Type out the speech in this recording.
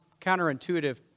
counterintuitive